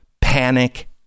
panic